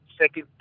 second